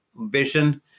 vision